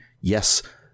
yes